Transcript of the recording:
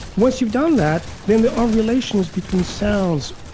once you've done that, then there are relations between sounds,